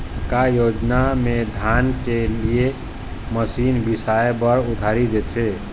का योजना मे धान के लिए मशीन बिसाए बर उधारी देथे?